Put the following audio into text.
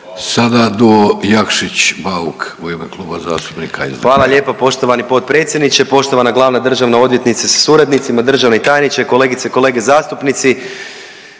SDP-a. **Jakšić, Mišel (SDP)** Hvala lijepo poštovani potpredsjedniče, poštovana glavna državna odvjetnice sa suradnicima, državni tajniče, kolegice i kolege zastupnici.